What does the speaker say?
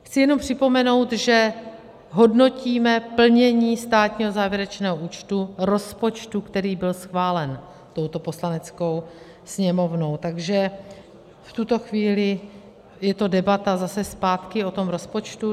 Chci jenom připomenout, že hodnotíme plnění státního závěrečného účtu rozpočtu, který byl schválen touto Poslaneckou sněmovnou, takže v tuto chvíli je to debata zase zpátky o tom rozpočtu.